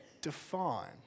define